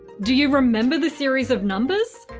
do you remember the series of numbers?